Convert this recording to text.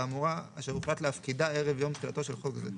האמורה אשר הוחלט להפקידה ערב יום תחילתו של חוק זה.